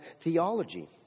theology